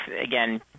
again